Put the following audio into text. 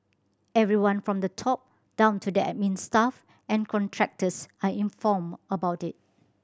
everyone from the top down to the admin staff and contractors are informed about it